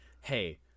hey